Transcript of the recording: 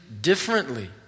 differently